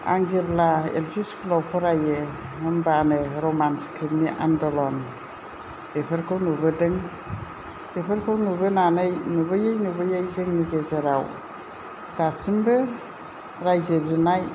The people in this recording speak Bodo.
आं जेब्ला एलपि स्कुलाव फरायो होनबानो रमान स्क्रिप्टनि आन्दलन बेफोरखौ नुबोदों बेफोरखौ नुबोनानै नुबोयै नुबोयै जोंनि गेजेराव दासिमबो रायजो बिनाय